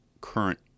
current